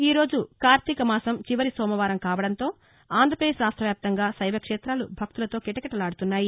ఈ రోజు కార్తీకమాసం చివరి సోమవారం కావడంతో ఆంధ్రప్రదేశ్ రాష్ట వ్యాప్తంగా శైవక్షేతాలు భక్తులతో కిటకిటలాడుతున్నాయి